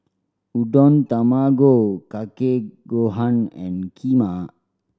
Udon Tamago Kake Gohan and Kheema